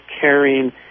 caring